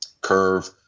curve